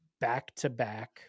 back-to-back